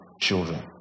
children